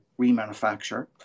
remanufacture